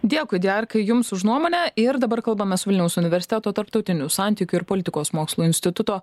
dėkui diarkai jums už nuomonę ir dabar kalbamės su vilniaus universiteto tarptautinių santykių ir politikos mokslų instituto